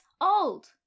old